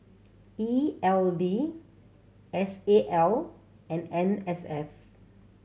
E L D S A L and N S F